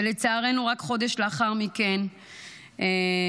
ולצערנו רק חודש לאחר מכן רוז